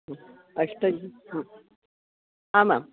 अष्ट आमां